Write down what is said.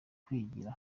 kwigira